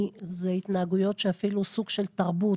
אלה התנהגויות שהן אפילו סוג של תרבות,